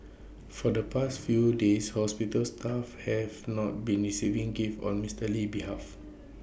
for the past few days hospital staff have not been receiving gifts on Mister Lee's behalf